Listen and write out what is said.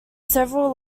several